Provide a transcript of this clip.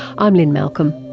i'm lynne malcolm,